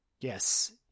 Yes